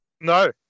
No